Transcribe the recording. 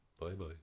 Bye-bye